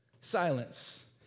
Silence